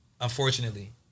unfortunately